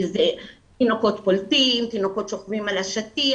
תינוקות פולטים, תינוקות שוכבים על השטיח.